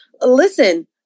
listen